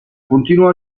continuò